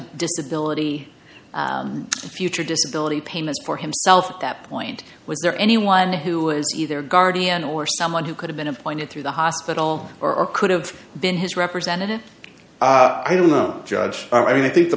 disability future disability payments for himself at that point was there anyone who is either guardian or someone who could have been appointed through the hospital or could have been his representative i don't know judge i mean i think the